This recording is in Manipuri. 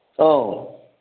ꯑꯧ